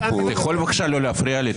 אתה יכול בבקשה לא להפריע לי?